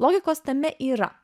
logikos tame yra